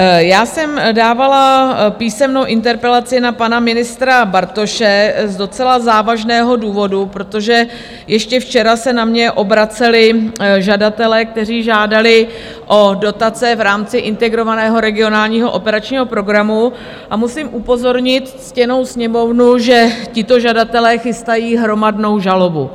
Já jsem dávala písemnou interpelaci na pana ministra Bartoše z docela závažného důvodu, protože ještě včera se na mě obraceli žadatelé, kteří žádali o dotace v rámci Integrovaného regionálního operačního programu, a musím upozornit ctěnou Sněmovnu, že tito žadatelé chystají hromadnou žalobu.